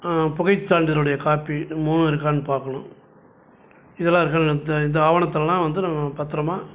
புகைச் சான்றிதழுனுடைய காப்பி இது மூணும் இருக்கானு பார்க்கணும் இதெல்லாம் இருக்கானு த இந்த ஆவணத்தெல்லாம் வந்து நம்ம பத்திரமா